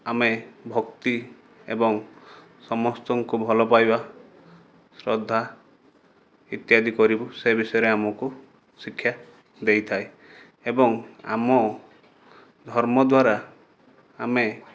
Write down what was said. ଆମେ ଭକ୍ତି ଏବଂ ସମସ୍ତଙ୍କୁ ଭଲ ପାଇବା ଶ୍ରଦ୍ଧା ଇତ୍ୟାଦି କରିବୁ ସେ ବିଷୟରେ ଆମକୁ ଶିକ୍ଷା ଦେଇଥାଏ ଏବଂ ଆମ ଧର୍ମ ଦ୍ୱାରା ଆମେ